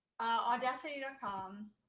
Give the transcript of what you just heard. Audacity.com